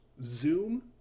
Zoom